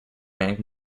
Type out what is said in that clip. bank